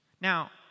Now